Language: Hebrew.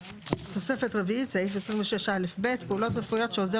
תוספת רביעית (סעיף 26א(ב)) פעולות רפואיות שעוזר